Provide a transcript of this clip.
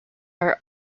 are